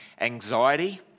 anxiety